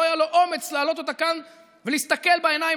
לא היה לו אומץ להעלות אותה כאן ולהסתכל בעיניים